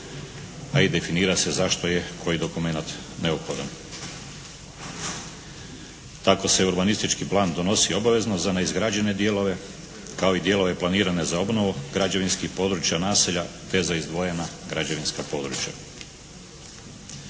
a i definira se zašto je koji dokumenat neophodan. Tako se urbanistički plan donosi obavezno za neizgrađene dijelove kao i dijelove planirane za obnovu građevinskih područja, naselja te za izdvojena građevinska područja.